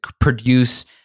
produce